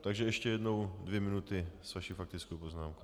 Takže ještě jednou dvě minuty s vaší faktickou poznámkou.